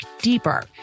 deeper